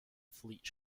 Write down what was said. fleet